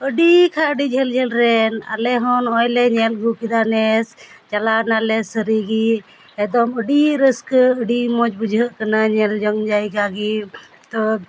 ᱟᱹᱰᱤ ᱠᱷᱟᱱ ᱟᱹᱰᱤ ᱡᱷᱟᱹᱞ ᱡᱷᱟᱹᱞ ᱨᱮᱱ ᱟᱞᱮ ᱦᱚᱸ ᱱᱚᱜᱼᱚᱭ ᱞᱮ ᱧᱮᱞ ᱟᱹᱜᱩ ᱠᱮᱫᱟ ᱱᱮᱥ ᱪᱟᱞᱟᱣ ᱮᱱᱟ ᱞᱮ ᱥᱟᱹᱨᱤ ᱜᱮ ᱮᱠᱫᱚᱢ ᱟᱹᱰᱤ ᱨᱟᱹᱥᱠᱟᱹ ᱟᱹᱰᱤ ᱢᱚᱡᱽ ᱵᱩᱡᱷᱟᱹᱜ ᱠᱟᱱᱟ ᱧᱮᱞ ᱡᱚᱝ ᱡᱟᱭᱜᱟ ᱜᱮ ᱛᱚ